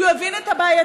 כי הוא הבין את הבעייתיות.